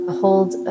hold